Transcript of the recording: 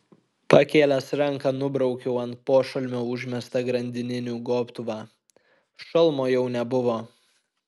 pakėlęs ranką nubraukiau ant pošalmio užmestą grandininių gobtuvą šalmo jau nebuvo